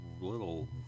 little